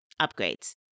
upgrades